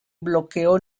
bloqueo